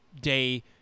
day